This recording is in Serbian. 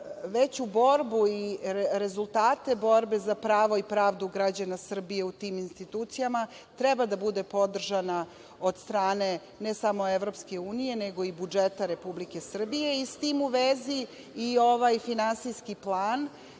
veću borbu i rezultate borbe za pravo i pravdu građana Srbije u tim institucijama, treba da bude podržana od strane ne samo EU, nego i budžeta Republike Srbije, a s tim u vezi i ovaj finansijski plan